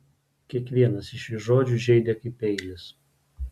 kiekvienas iš šių žodžių žeidė kaip peilis